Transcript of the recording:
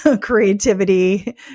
creativity